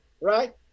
right